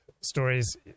stories